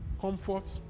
Comfort